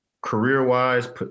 career-wise